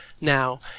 Now